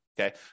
Okay